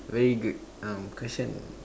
very good um question